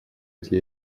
это